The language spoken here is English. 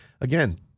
again